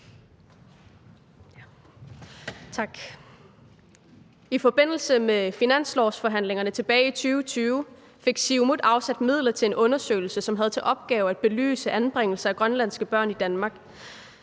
I forbindelse med finanslovsforhandlingerne tilbage i 2020 fik Siumut afsat midler til en undersøgelse, som havde til opgave at belyse anbringelser af grønlandske børn i Danmark.